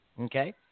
Okay